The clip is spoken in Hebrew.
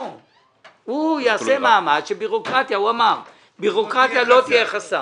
הוא יעשה מאמץ הוא אמר - שבירוקרטיה לא תהיה חסם.